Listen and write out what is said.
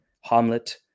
Hamlet